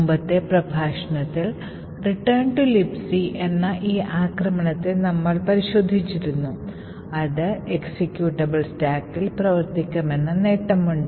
മുമ്പത്തെ പ്രഭാഷണത്തിൽ Return to Lib എന്ന ഈ ആക്രമണത്തെ നമ്മൾ പരിശോധിച്ചിരുന്നു അത് എക്സിക്യൂട്ടബിൾ സ്റ്റാക്കിൽ പ്രവർത്തിക്കാമെന്ന നേട്ടമുണ്ട്